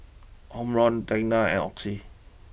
Omron Tena and Oxy